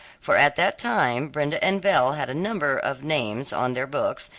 for at that time brenda and belle had a number of names on their books,